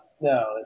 no